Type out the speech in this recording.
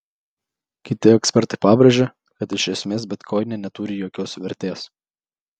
kiti ekspertai pabrėžia kad iš esmės bitkoinai neturi jokios vertės